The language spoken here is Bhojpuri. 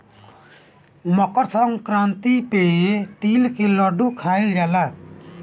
मकरसंक्रांति पे तिल के लड्डू खाइल जाला